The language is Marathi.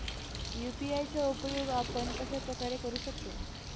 यू.पी.आय चा उपयोग आपण कशाप्रकारे करु शकतो?